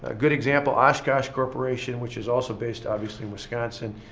ah good example, oshkosh corporation, which is also based, obviously, in wisconsin.